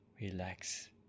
relax